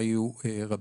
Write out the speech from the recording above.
והיו רבים.